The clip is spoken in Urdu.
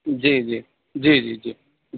جی جی جی جی جی